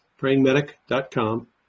prayingmedic.com